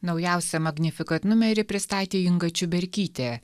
naujausią magnificat numerį pristatė inga čiuberkytė